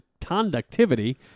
conductivity